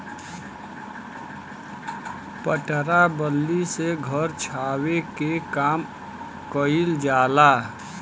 पटरा बल्ली से घर छावे के काम कइल जाला